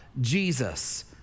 Jesus